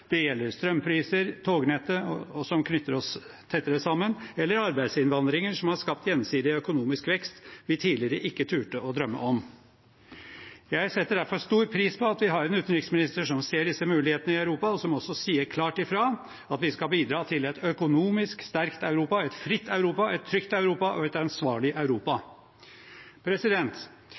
Det gjelder strømpriser, tognettet som knytter oss tettere sammen, eller arbeidsinnvandringen, som har skapt gjensidig økonomisk vekst vi tidligere ikke turte å drømme om. Jeg setter derfor stor pris på at vi har en utenriksminister som ser disse mulighetene i Europa, og som også sier klart ifra at vi skal bidra til et økonomisk sterkt Europa, et fritt Europa, et trygt Europa, et ansvarlig Europa.